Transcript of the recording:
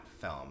film